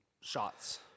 shots